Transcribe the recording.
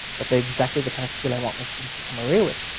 but they're exactly the kind of skill i want my students to come away with,